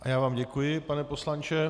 A já vám děkuji, pane poslanče.